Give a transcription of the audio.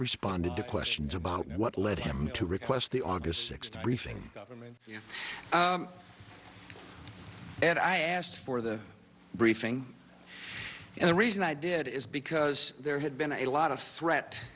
responded to questions about what led him to request the august sixth briefing government and i asked for the briefing and the reason i did is because there had been a lot of threat